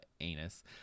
anus